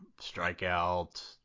strikeout